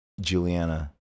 Juliana